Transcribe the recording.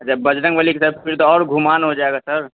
اچھا بجرنگ بلی کی طرف پھر تو اور گھمان ہو جائے گا سر